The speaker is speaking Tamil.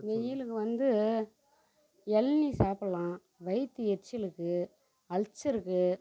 வெயிலுக்கு வந்து எளநீர் சாப்பிட்லாம் வயிற்று எரிச்சலுக்கு அல்சருக்கு